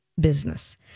business